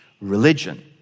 religion